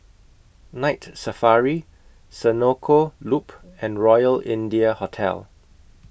Night Safari Senoko Loop and Royal India Hotel